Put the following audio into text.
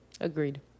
agreed